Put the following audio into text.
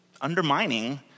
undermining